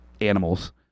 animals